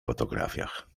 fotografiach